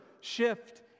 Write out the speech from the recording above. shift